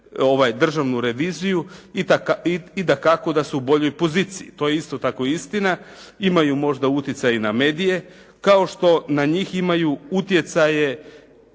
državnu reviziju i dakako da su u boljoj poziciji. To je isto tako istina. Imaju možda utjecaj i na medije, kao što na njih imaju utjecaje